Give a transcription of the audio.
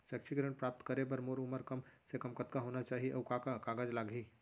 शैक्षिक ऋण प्राप्त करे बर मोर उमर कम से कम कतका होना चाहि, अऊ का का कागज लागही?